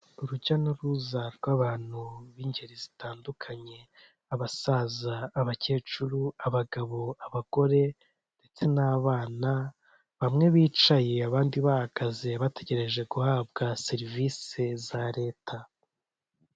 Urujya n'uruza rw'abantu b'ingeri zitandukanye, abasaza, abakecuru, abagabo, abagore ndetse n'abana, bamwe bicaye abandi bahagaze bategereje guhabwa serivisi za leta.